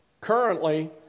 Currently